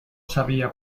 sabia